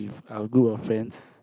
our group of friends